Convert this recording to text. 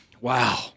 wow